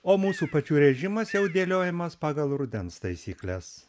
o mūsų pačių režimas jau dėliojamas pagal rudens taisykles